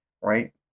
right